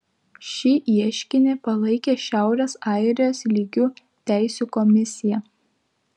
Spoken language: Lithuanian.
šį ieškinį palaikė šiaurės airijos lygių teisių komisija